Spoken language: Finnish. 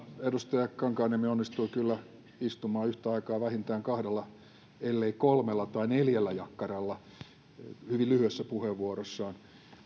edustaja kankaanniemi onnistui kyllä istumaan yhtä aikaa vähintään kahdella ellei kolmella tai neljällä jakkaralla hyvin lyhyessä puheenvuorossaan